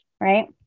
right